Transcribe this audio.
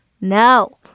No